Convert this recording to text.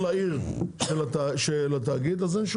ארבע